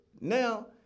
Now